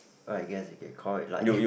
or I guess you could call it like